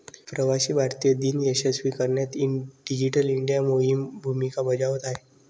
प्रवासी भारतीय दिन यशस्वी करण्यात डिजिटल इंडिया मोहीमही भूमिका बजावत आहे